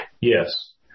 Yes